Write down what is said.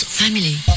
family